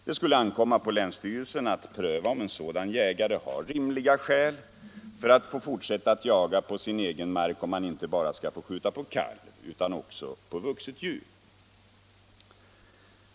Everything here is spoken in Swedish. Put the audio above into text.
Det skulle ankomma på länsstyrelsen att pröva om en sådan jägare har rimliga skäl för att få fortsätta att jaga på sin egen mark, om han inte bara skall få skjuta på kalv utan också på vuxet djur.